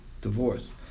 divorce